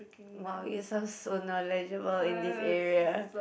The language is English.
!wow! you sound so knowledgeable in this area